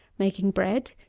making bread,